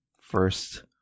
first